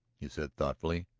he said thoughtfully.